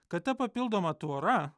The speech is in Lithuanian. kad ta papildoma tvora